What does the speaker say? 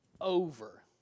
over